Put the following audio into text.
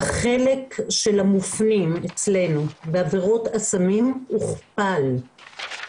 החלק של המופנים אצלנו בעבירות הסמים, הוכפל.